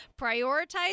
prioritize